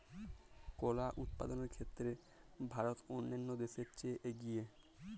কলা উৎপাদনের ক্ষেত্রে ভারত অন্যান্য দেশের চেয়ে এগিয়ে